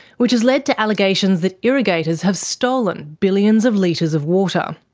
which has led to allegations that irrigators have stolen billions of litres of water.